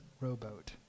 rowboat